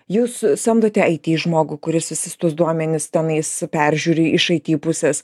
jūs samdote it žmogų kuris visus tuos duomenis tenais peržiūri iš it pusės